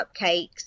cupcakes